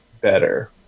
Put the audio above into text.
better